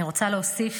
אני רוצה להוסיף